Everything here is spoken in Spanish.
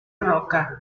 roca